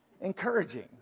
encouraging